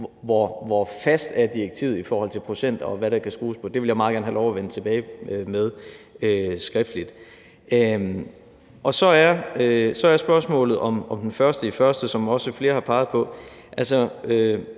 hvor fast direktivet er i forhold til procenter, og hvad der kan skrues på. Det vil jeg meget gerne have lov til at vende tilbage med skriftligt. Så er der spørgsmålet om den 1. januar, som flere også